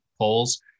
polls